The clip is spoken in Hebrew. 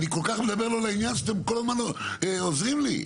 אני כל-כך מדבר לא לעניין שאתם כל הזמן עוזרים לי?